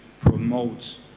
promotes